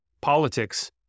politics